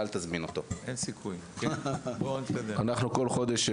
אנחנו מבצעים כל חודש